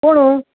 कोण